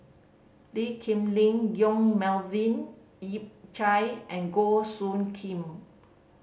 Lee Kip Lin Yong Melvin Yik Chye and Goh Soo Khim